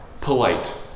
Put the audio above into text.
Polite